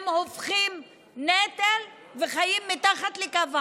הם הופכים נטל וחיים מתחת לקו העוני?